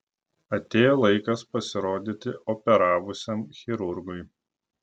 atėjo laikas pasirodyti operavusiam chirurgui